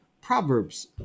Proverbs